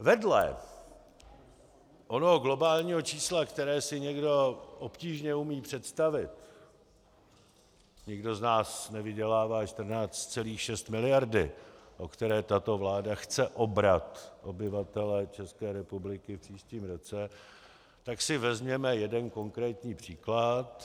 Vedle onoho globálního čísla, které si někdo obtížně umí představit, nikdo z nás nevydělává 14,6 mld., o které tato vláda chce obrat obyvatele České republiky v příštím roce, tak si vezměme jeden konkrétní příklad.